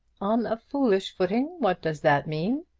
on a foolish footing! what does that mean?